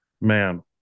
man